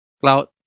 cloud